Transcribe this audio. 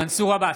מנסור עבאס,